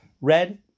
Red